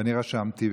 ואני רשמתי,